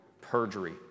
perjury